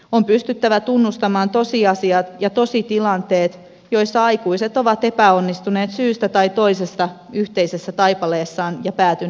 on pystyttävä tunnustamaan tosiasiat ja tositilanteet joissa aikuiset ovat epäonnistuneet syystä tai toisesta yhteisessä taipaleessaan ja päätyneet eroon